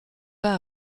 pas